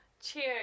Cheers